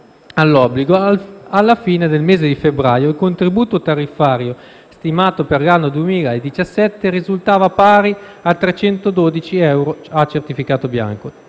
alla fine del mese di febbraio il contributo tariffario stimato per l'anno 2017 risultava pari a circa 312 euro a certificato bianco.